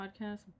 podcast